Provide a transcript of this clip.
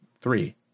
three